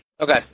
Okay